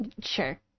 sure